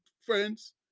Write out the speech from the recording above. friends